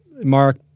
Mark